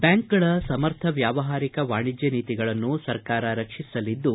ಬ್ಲಾಂಕ್ಗಳ ಸಮರ್ಥ ವ್ಯಾವಹಾರಿಕ ವಾಣಿಜ್ಯ ನೀತಿಗಳನ್ನುಸರ್ಕಾರ ರಕ್ಷಿಸಲಿದ್ದು